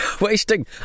Wasting